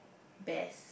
best